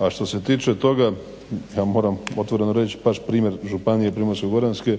A što se tiče toga, ja moram otvoreno reći baš primjer županije Primorsko-goranske